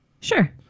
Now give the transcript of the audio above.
Sure